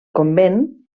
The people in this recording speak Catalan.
convent